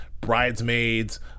Bridesmaids